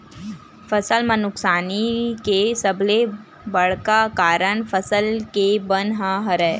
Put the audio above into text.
फसल म नुकसानी के सबले बड़का कारन फसल के बन ह हरय